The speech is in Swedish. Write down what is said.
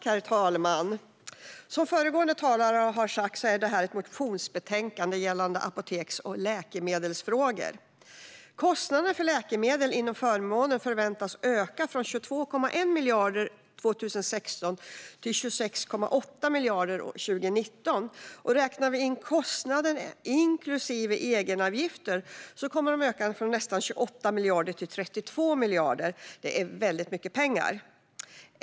Herr talman! Som föregående talare har sagt är detta ett motionsbetänkande gällande apoteks och läkemedelsfrågor. Kostnaderna för läkemedel inom förmånen förväntas öka från 22,1 miljarder 2016 till 26,8 miljarder 2019. Räknar vi in kostnaderna inklusive egenavgifter kommer de att öka från nästan 28 miljarder till 32 miljarder. Det är väldigt mycket pengar.